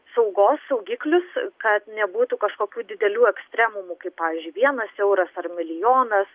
saugos saugiklius kad nebūtų kažkokių didelių ekstremumų kaip pavyzdžiui vienas euras ar milijonas